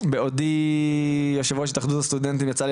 בעודי יושב ראש התאחדות הסטודנטים יצא לי